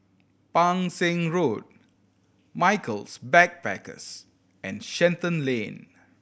Pang Seng Road Michaels Backpackers and Shenton Lane